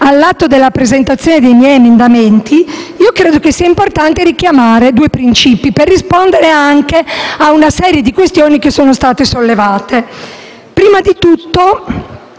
all'atto della presentazione dei miei emendamenti, credo sia importante richiamare due principi per rispondere anche ad una serie di questioni che sono state sollevate.